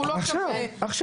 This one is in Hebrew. עכשיו